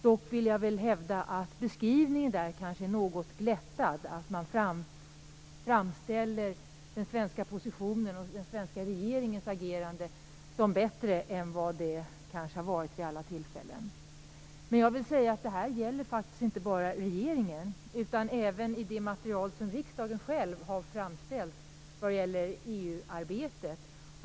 Dock vill jag hävda att beskrivningen kanske är något glättad, att man framställer den svenska positionen och den svenska regeringens agerande som bättre än vad det kanske har varit vid alla tillfällen. Det här gäller faktiskt inte bara regeringen utan även det material som riksdagen själv har framställt om EU-arbetet.